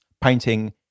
painting